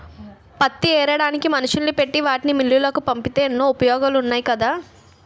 పత్తి ఏరడానికి మనుషుల్ని పెట్టి వాటిని మిల్లులకు పంపితే ఎన్నో ఉపయోగాలున్నాయి కదా